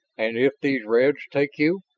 and if these reds take you?